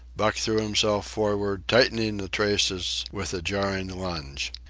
buck threw himself forward, tightening the traces with a jarring lunge.